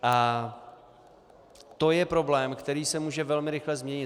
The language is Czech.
A to je problém, který se může velmi rychle změnit.